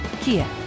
Kia